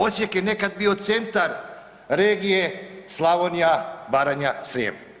Osijek je nekad bio centar regije Slavonija-Baranja-Srijem.